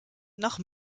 nach